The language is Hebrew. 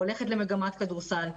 והולכת למגמת כדורסל,